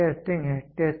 अगला टेस्टिंग है